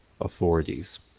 authorities